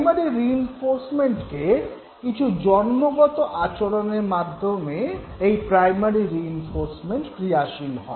primary reinforcement কিছু জন্মগত আচরণের মাধ্যমে ক্রিয়াশীল হয়